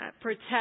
protect